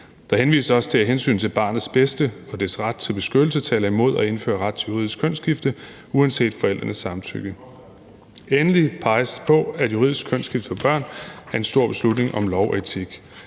Der henvises også til, at hensynet til barnets bedste og dets ret til beskyttelse taler imod at indføre en ret til juridisk kønsskifte uanset forældrenes samtykke. Endelig peges der på, at juridisk kønsskifte for børn er en stor beslutning om lov og etik.